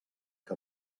que